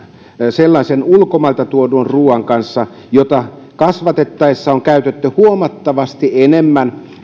sellaisen ulkomailta tuodun ruuan kanssa jota kasvatettaessa on käytetty huomattavasti enemmän